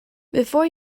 before